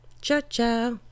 Cha-cha